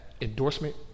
endorsement